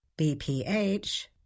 BPH